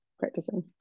practicing